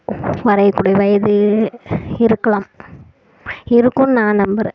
வரையக்கூடிய வயது இருக்கலாம் இருக்கும்னு நான் நம்புகிறேன்